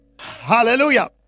hallelujah